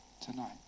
tonight